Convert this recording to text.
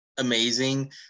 amazing